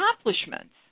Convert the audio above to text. accomplishments